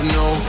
no